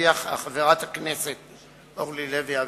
שהביאה חברת הכנסת אורלי לוי אבקסיס,